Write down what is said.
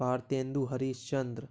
Bharatendu Harishchandra